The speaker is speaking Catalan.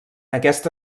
aquesta